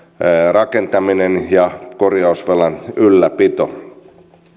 rakentaminen ja korjausvelan ylläpito